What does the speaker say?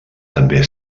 també